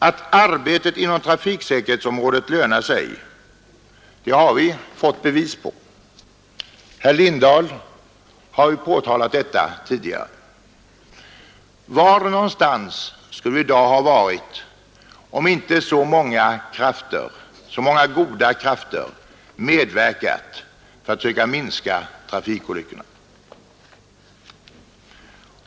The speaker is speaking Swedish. Att arbetet inom trafiksäkerhetsområdet lönar sig, det har vi fått bevis på. Herr Lindahl har påpekat detta tidigare. Var någonstans skulle vi i dag ha varit om inte så många goda krafter medverkat för att söka minska trafikolyckorna?